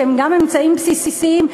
שהם אמצעים בסיסיים,